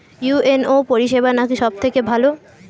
UNO পরিসেবা নাকি সব থেকে ভালো?